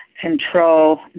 control